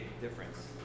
difference